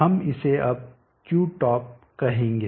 हम इसे अब Qtop कहेंगे